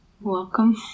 Welcome